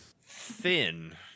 Finn